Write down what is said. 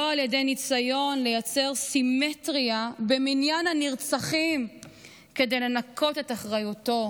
לא על ידי ניסיון לייצר סימטריה במניין הנרצחים כדי לנקות את אחריותו,